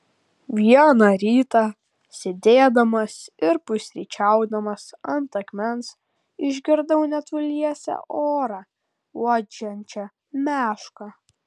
vieną rytą sėdėdamas ir pusryčiaudamas ant akmens išgirdau netoliese orą uodžiančią mešką